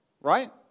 right